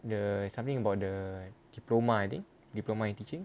the something about the diploma I think diploma in teaching